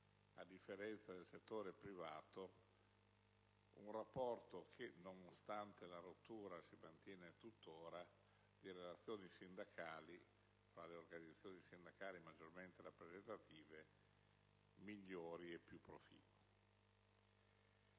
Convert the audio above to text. a differenza del settore privato, un rapporto che, nonostante la rottura delle relazioni sindacali tra le organizzazioni sindacali maggiormente rappresentative, è migliore e più proficuo.